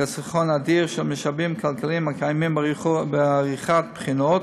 חיסכון אדיר של משאבים כלכליים הקיימים בעריכת בחינות.